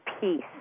peace